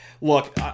look